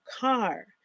car